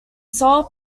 sole